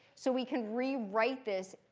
so we can rewrite this,